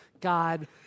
God